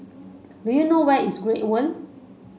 do you know where is Great World